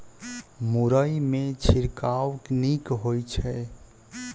मुरई मे छिड़काव नीक होइ छै?